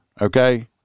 Okay